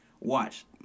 Watch